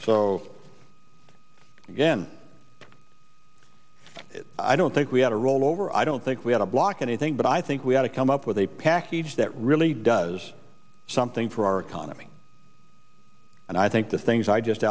so again i don't think we had a rollover i don't think we had a block anything but i think we have to come up with a package that really does something for our economy and i think the things i just